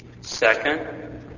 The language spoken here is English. Second